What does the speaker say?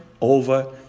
over